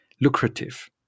lucrative